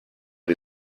die